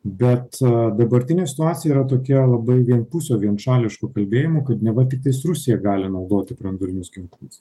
bet dabartinė situacija yra tokia labai vienpusio vienšališku kalbėjimu kad na va tik tais rusija gali naudoti branduolinius ginklus